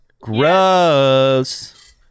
Gross